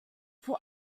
four